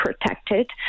protected